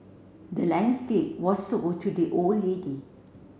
the land's deed were sold to the old lady